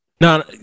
No